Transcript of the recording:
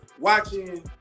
watching